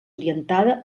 orientada